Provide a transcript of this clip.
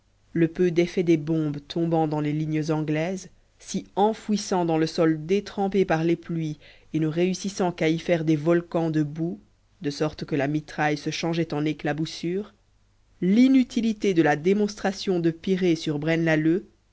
le peu d'effet des bombes tombant dans les lignes anglaises s'y enfouissant dans le sol détrempé par les pluies et ne réussissant qu'à y faire des volcans de boue de sorte que la mitraille se changeait en éclaboussure l'inutilité de la démonstration de piré sur braine lalleud